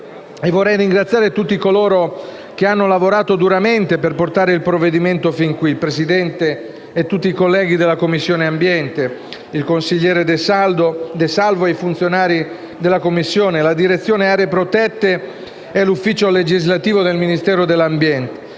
vorrei ringraziare tutti coloro che hanno lavorato duramente per portare il provvedimento fin qui: il Presidente e tutti i colleghi della Commissione ambiente, il consigliere De Salvo e i funzionari della Commissione, la Direzione aree protette e l’ufficio legislativo del Ministero dell’ambiente.